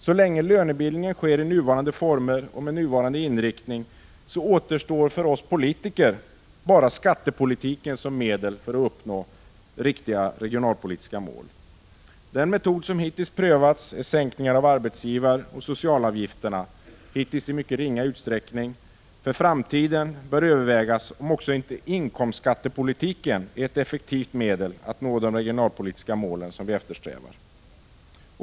Så länge lönebildningen sker i nuvarande former och med nuvarande inriktning återstår för oss politiker bara skattepolitiken som medel för att uppnå riktiga regionalpolitiska mål. Den metod som hittills prövats är sänkningar av arbetsgivaroch socialavgifterna — hittills i mycket ringa utsträckning. För framtiden bör man överväga om inte även inkomstskattepolitiken är ett effektivt medel då det gäller att nå de regionalpolitiska 145 mål som vi eftersträvar.